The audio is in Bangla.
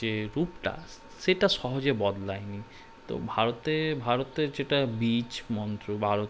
যে রূপটা সেটা সহজে বদলায়নি তো ভারতে ভারতের যেটা বীজ মন্ত্র ভারত